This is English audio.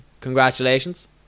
Congratulations